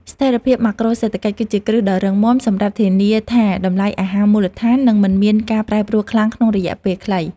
ស្ថិរភាពម៉ាក្រូសេដ្ឋកិច្ច គឺជាគ្រឹះដ៏រឹងមាំសម្រាប់ធានាថាតម្លៃអាហារមូលដ្ឋាននឹងមិនមានការប្រែប្រួលខ្លាំងក្នុងរយៈពេលខ្លី។